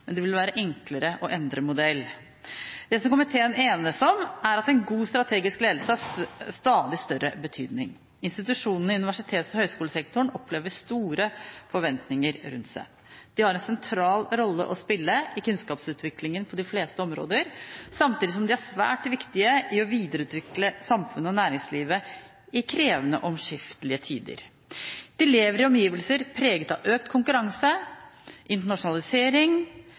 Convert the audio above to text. Men det vil være enklere å endre modell. Det som komiteen enes om, er at en god strategisk ledelse har stadig større betydning. Institusjonene i universitets- og høyskolesektoren opplever store forventninger rundt seg. De har en sentral rolle å spille i kunnskapsutviklingen på de fleste områder, samtidig som de er svært viktige i å videreutvikle samfunnet og næringslivet i krevende og omskiftelige tider. De lever i omgivelser preget av økt konkurranse, internasjonalisering,